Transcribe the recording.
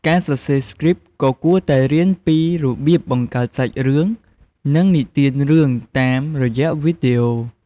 ការសរសេរស្គ្រីប ក៏គួរតែរៀនពីរបៀបបង្កើតសាច់រឿង និងនិទានរឿងតាមរយៈវីដេអូ។